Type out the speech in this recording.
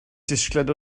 disgled